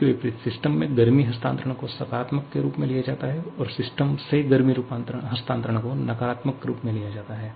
इसके विपरीत सिस्टम में गर्मी हस्तांतरण को सकारात्मक के रूप में लिया जाता है और सिस्टम से गर्मी हस्तांतरण को नकारात्मक रूप में लिया जाता है